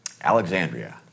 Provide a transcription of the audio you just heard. Alexandria